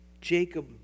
Jacob